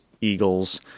Eagles